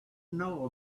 know